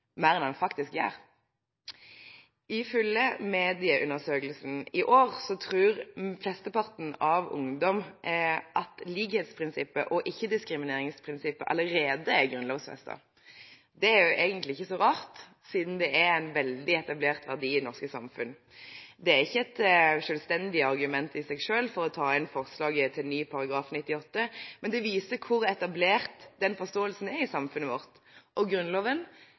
mer enn den faktisk gjør? Ifølge medieundersøkelsen i år, tror flesteparten av ungdommene at likhetsprinsippet og ikke-diskrimineringsprinsippet allerede er grunnlovfestet. Det er egentlig ikke så rart, siden det er en veldig etablert verdi i det norske samfunn. Det er ikke et selvstendig argument i seg selv for å ta inn forslaget til ny § 98, men det viser hvor etablert den forståelsen er i samfunnet vårt. Grunnloven